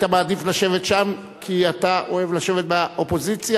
היית מעדיף לשבת שם כי אתה אוהב לשבת באופוזיציה?